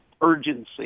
urgency